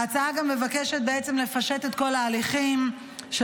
ההצעה גם מבקשת לפשט את כל ההליכים של